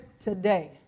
today